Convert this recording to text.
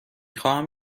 خواهم